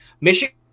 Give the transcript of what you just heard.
Michigan